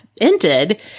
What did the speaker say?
ended